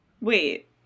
wait